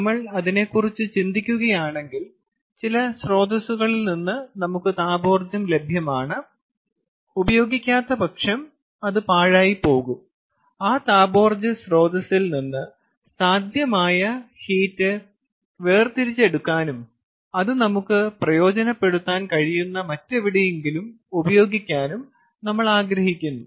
നമ്മൾ അതിനെക്കുറിച്ച് ചിന്തിക്കുകയാണെങ്കിൽ ചില സ്രോതസ്സുകളിൽ നിന്ന് നമുക്ക് താപോർജ്ജം ലഭ്യമാണ് ഉപയോഗിക്കാത്തപക്ഷം അത് പാഴായിപ്പോകും ആ താപോർജ്ജ സ്രോതസ്സിൽ നിന്ന് സാധ്യമായ ഹീറ്റ് വേർതിരിച്ചെടുക്കാനും അത് നമുക്ക് പ്രയോജനപ്പെടുത്താൻ കഴിയുന്ന മറ്റെവിടെയെങ്കിലും ഉപയോഗിക്കാനും നമ്മൾ ആഗ്രഹിക്കുന്നു